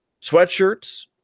sweatshirts